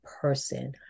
person